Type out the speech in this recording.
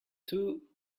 too